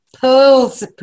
pearls